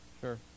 Sure